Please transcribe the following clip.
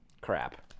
crap